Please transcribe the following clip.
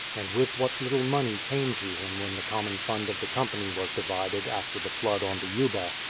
and with what little money came to him when the common fund of the company was divided after the flood on the yuba,